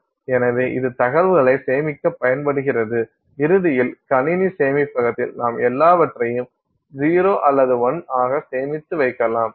எனவே இது தகவல்களைச் சேமிக்கப் பயன்படுகிறது இறுதியில் கணினி சேமிப்பகத்தில் நாம் எல்லாவற்றையும் 0 அல்லது 1 ஆக சேமித்து வைக்கலாம்